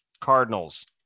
Cardinals